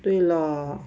对咯